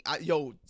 Yo